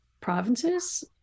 provinces